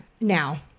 Now